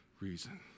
reason